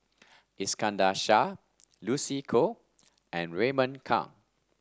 Iskandar Shah Lucy Koh and Raymond Kang